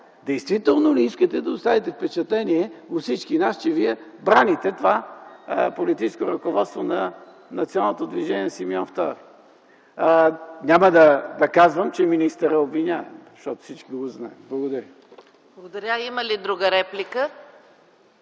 Действително ли искате да оставите впечатление у всички нас, че Вие браните това политическо ръководство на Националното движение Симеон Втори? Няма да казвам, че министърът е обвиняем, защото всички го знаят. Благодаря. ПРЕДСЕДАТЕЛ ЕКАТЕРИНА